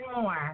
more